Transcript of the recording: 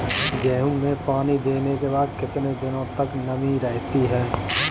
गेहूँ में पानी देने के बाद कितने दिनो तक नमी रहती है?